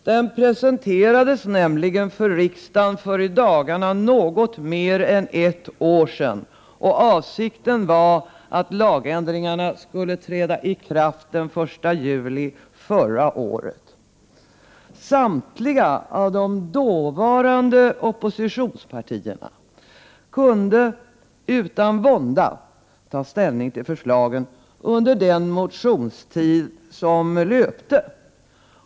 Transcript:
Den presenterades nämligen för riksdagen för i dagarna något mer än ett år sedan, och avsikten var att lagändringarna skulle träda i kraft den 1 juli förra året. Samtliga dåvarande oppositionspartier kunde utan vånda ta ställning till förslagen under den motionstid som löpte.